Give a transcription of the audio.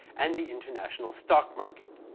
and the international stock market.